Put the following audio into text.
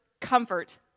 comfort